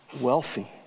wealthy